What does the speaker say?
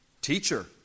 Teacher